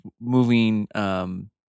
moving